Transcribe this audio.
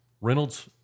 Reynolds